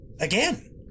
Again